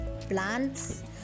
Plants